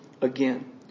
again